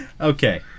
Okay